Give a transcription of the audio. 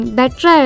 better